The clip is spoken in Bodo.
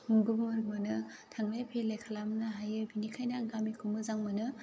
गुमुर मोनो थांलाय फैलाय खालामनो हायो बिनिखायनो आं गामिखौ मोजां मोनो